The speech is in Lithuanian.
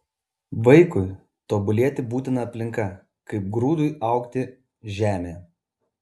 vaikui tobulėti būtina aplinka kaip grūdui augti žemė